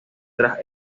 tras